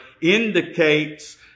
indicates